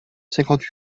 cinquante